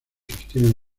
sostienen